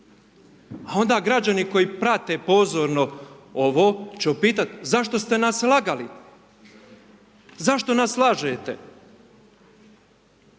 A onda građani koji prate pozorno ovo, će upitati, zašto ste nas lagali, zašto nas lažete?